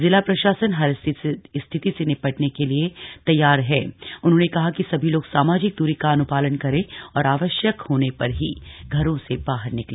जिला प्रशासन हर स्थिति से निपटने के लिए तैयार है सभी लोग सामाजिक दूरी का अनुपालन करें और आवश्यक होने पर ही घरों से बाहर निकले